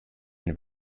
ein